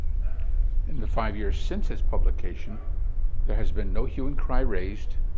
in the five years since its publication there has been no hue and cry raised,